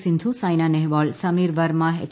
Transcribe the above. Sindhu Saina Nehwal Sameer Varma H